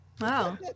Wow